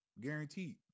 guaranteed